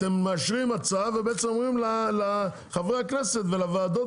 אתם מאשרים הצעה ובעצם אומרים לחברי הכנסת ולוועדות